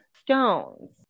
Stones